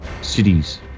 cities